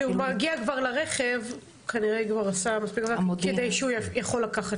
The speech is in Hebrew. כשהוא מגיע כבר לרכב הוא כנראה כבר עשה מספיק כדי שהוא יכול לקחת.